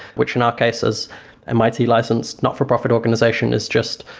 which in our cases mit license not for-profit organization is just,